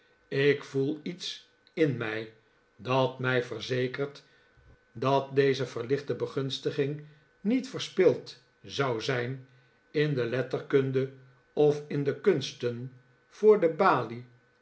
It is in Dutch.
ik voel iets in mij dat mij verzekert dat deze verlichte begunstiging niet verspild zou zijn in de letterkunde of in de kunsten voor de balie